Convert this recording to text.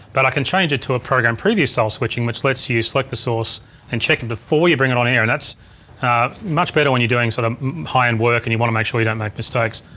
but i can change it to a program previous style switching which lets you select the source and check it before you bring it on the air. and that's much better when you're doing sort of high-end work and you wanna make sure you don't make mistakes.